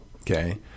Okay